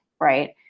right